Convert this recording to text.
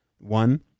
one